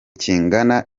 kingana